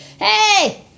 Hey